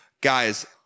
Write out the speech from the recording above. guys